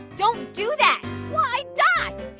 don't do that. why dot?